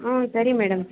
ಹ್ಞೂ ಸರಿ ಮೇಡಮ್